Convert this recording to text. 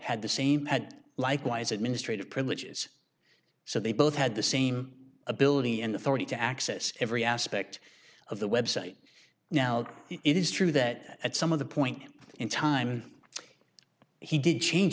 had the same had likewise administrative privileges so they both had the same ability and authority to access every aspect of the website now it is true that at some of the point in time he did change